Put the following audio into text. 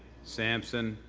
sampson,